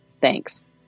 Thanks